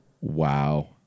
Wow